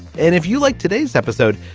and if you like today's episode,